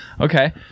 Okay